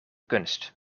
kunst